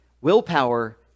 Willpower